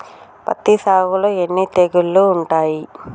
పత్తి సాగులో ఎన్ని తెగుళ్లు ఉంటాయి?